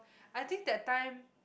I think that time